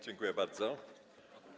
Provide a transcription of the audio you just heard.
Dziękuję bardzo.